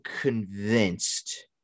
convinced